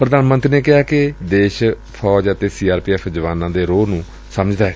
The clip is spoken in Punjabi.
ਪ੍ਰਧਾਨ ਮੰਤਰੀ ਨੇ ਕਿਹਾ ਕਿ ਦੇਸ਼ ਫੌਜ ਅਤੇ ਸੀ ਆਰ ਪੀ ਐਫ਼ ਜਵਾਨਾਂ ਦੇ ਰੋਹ ਨੂੰ ਸਮਝਦਾ ਏ